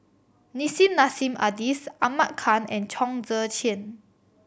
Nissim Nassim Adis Ahmad Khan and Chong Tze Chien